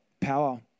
Power